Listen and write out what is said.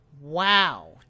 wow